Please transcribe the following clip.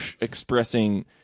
expressing